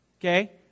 Okay